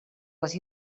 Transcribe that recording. les